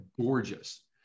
gorgeous